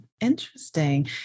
Interesting